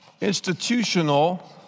institutional